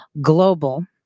global